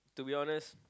to be honest